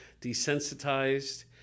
desensitized